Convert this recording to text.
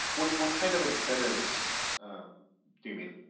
what what kind of incentives do you mean?